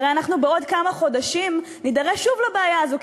הרי אנחנו בעוד כמה חודשים נידרש שוב לבעיה הזו,